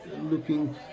looking